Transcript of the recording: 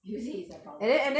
do you think it was impulsive